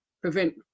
prevent